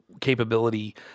capability